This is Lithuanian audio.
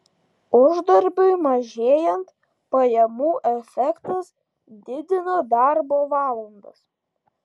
uždarbiui mažėjant pajamų efektas didina darbo valandas